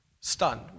stunned